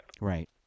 Right